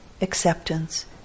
acceptance